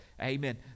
Amen